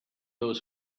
those